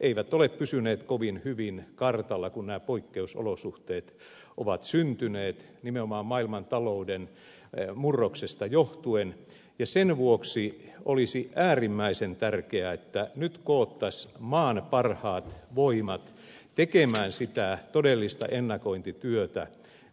eivät ole pysyneet kovin hyvin kartalla kun nämä poikkeusolosuhteet ovat syntyneet nimenomaan maailmantalouden murroksesta johtuen ja sen vuoksi olisi äärimmäisen tärkeää että nyt koottaisiin maan parhaat voimat tekemään sitä todellista ennakointityötä